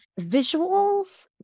visuals